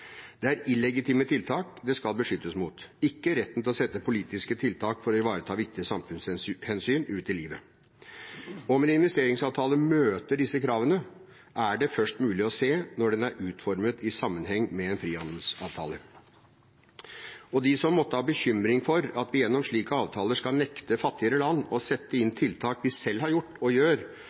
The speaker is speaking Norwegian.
Det er illegitime tiltak det skal beskyttes mot, ikke retten til å sette politiske tiltak for å ivareta viktige samfunnshensyn ut i livet. Om en investeringsavtale møter disse kravene, er det først mulig å se når den er utformet i sammenheng med en frihandelsavtale. De som måtte ha bekymring for at vi gjennom slike avtaler skal nekte fattigere land å sette inn tiltak vi selv har gjort, og gjør,